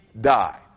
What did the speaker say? die